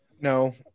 No